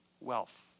wealth